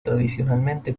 tradicionalmente